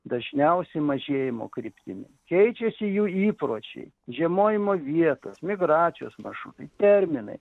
dažniausiai mažėjimo kryptimi keičiasi jų įpročiai žiemojimo vietos migracijos maršrutai terminai